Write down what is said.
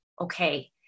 okay